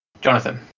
Jonathan